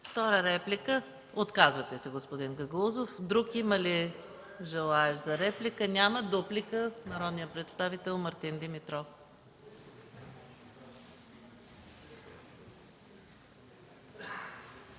Втора реплика? Отказвате се, господин Гагаузов. Има ли друг желаещ за реплика? Няма. Дуплика – народният представител Мартин Димитров